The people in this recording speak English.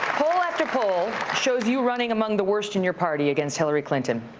poll after poll shows you running among the worst in your party against hillary clinton.